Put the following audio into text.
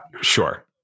Sure